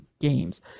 games